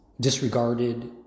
disregarded